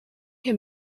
can